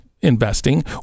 Investing